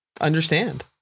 understand